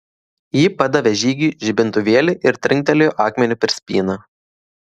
ji padavė žygiui žibintuvėlį ir trinktelėjo akmeniu per spyną